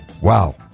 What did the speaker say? Wow